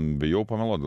bijau pameluot gal